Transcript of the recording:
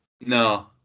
No